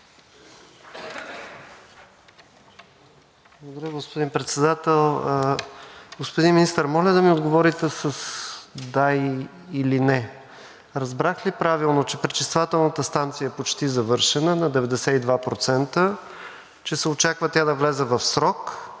Благодаря, господин Председател. Господин Министър, моля да ми отговорите с да или не. Разбрах ли правилно, че пречиствателната станция е почти завършена на 92%, че се очаква тя да влезе в срок,